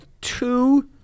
two